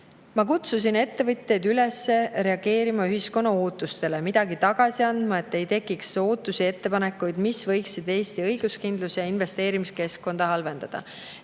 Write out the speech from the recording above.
Ma kutsusin [panku] üles reageerima ühiskonna ootustele ja midagi tagasi andma, et ei tekiks ootusi ja ettepanekuid, mis võiksid Eesti õiguskindlust ja investeerimiskeskkonda halvendada.